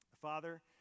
Father